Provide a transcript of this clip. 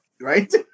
right